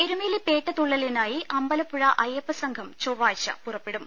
എരുമേലി പേട്ടതുള്ളലിനായി അമ്പലപ്പുഴ അയ്യപ്പസംഘം ചൊവ്വാഴ്ച പുറപ്പെടും